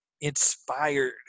inspired